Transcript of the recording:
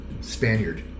Spaniard